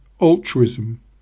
altruism